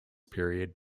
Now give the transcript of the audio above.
period